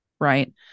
right